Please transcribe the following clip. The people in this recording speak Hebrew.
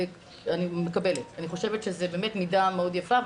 אני חושבת שזו מידה מאוד יפה.